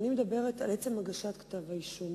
ואני מדברת על עצם הגשת כתב האישום